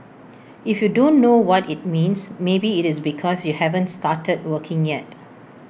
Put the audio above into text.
if you don't know what IT means maybe IT is because you haven't started working yet